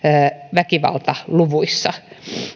väkivaltaluvuissa